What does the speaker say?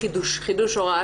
חידוש הוראת השעה.